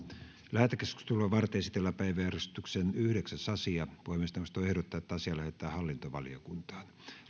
lähetekeskustelua varten esitellään päiväjärjestyksen yhdeksäs asia puhemiesneuvosto ehdottaa että asia lähetetään hallintovaliokuntaan